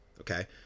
Okay